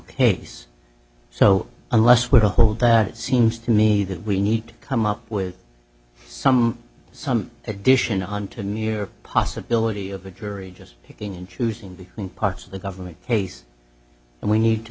case so unless we're to hold that it seems to me that we need to come up with some some addition on to mere possibility of a jury just picking and choosing between parts of the government case and we need to